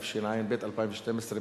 התשע"ב 2012,